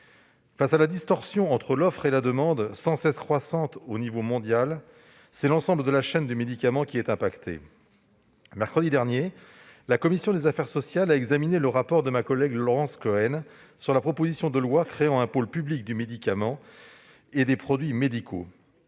La distorsion entre l'offre et la demande, sans cesse croissante au niveau mondial, affecte l'ensemble de la chaîne du médicament. Mercredi dernier, la commission des affaires sociales a examiné le rapport de ma collègue Laurence Cohen sur la proposition de loi portant création d'un pôle public du médicament et des produits médicaux.